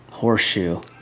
Horseshoe